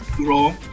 Roll